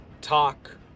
talk